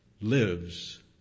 lives